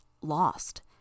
lost